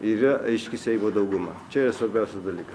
ir yra aiškiai seimo dauguma čia yra svarbiausias dalyka